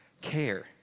care